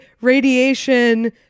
radiation